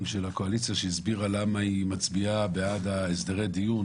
של הקואליציה שהסבירה למה היא מצביעה בעד הסדרי הדיון